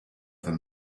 them